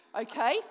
Okay